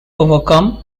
overcome